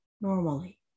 normally